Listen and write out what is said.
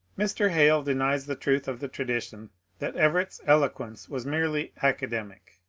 mr. hale denies the truth of the tradition that everett's eloquence was merely academic.